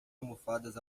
almofadas